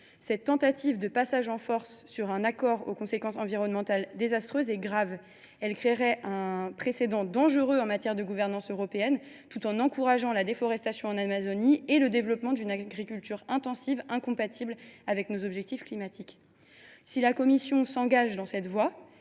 Cette tentative de passage en force portant sur un accord aux conséquences environnementales désastreuses est grave ! Elle créerait un précédent dangereux en matière de gouvernance européenne, tout en encourageant la déforestation en Amazonie et le développement d’une agriculture intensive incompatible avec nos objectifs climatiques. Si la Commission s’engageait dans cette voie,